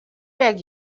beg